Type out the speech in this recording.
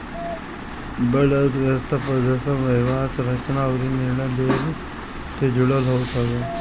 बड़ अर्थव्यवस्था प्रदर्शन, व्यवहार, संरचना अउरी निर्णय लेहला से जुड़ल होत हवे